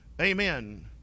amen